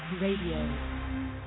Radio